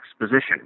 exposition